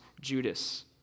Judas